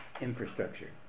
infrastructure